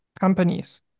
companies